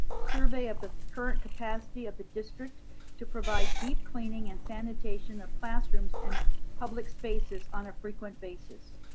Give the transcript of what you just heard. survey of the current capacity of the district to provide deep cleaning and sanitation of classrooms and public spaces on a frequent basis.